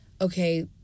okay